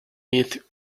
met